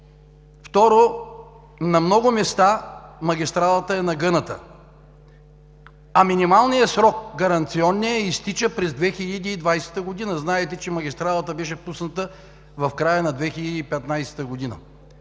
Второ, на много места магистралата е нагъната, а минималният гаранционен срок изтича през 2020 г., знаете, че магистралата беше пусната в края на 2015 г.